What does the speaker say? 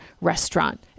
restaurant